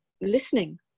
listening